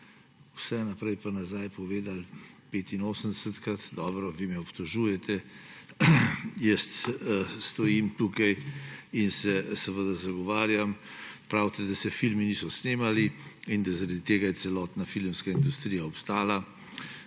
vse naprej pa nazaj povedali 85-krat. Dobro, vi me obtožujete. Jaz stojim tukaj in se seveda zagovarjam. Pravite, da se filmi niso snemali in da je zaradi tega celotna filmska industrija obstala.